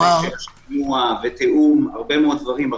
לקצה, הרבה מאוד דברים.